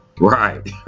Right